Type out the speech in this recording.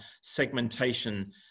segmentation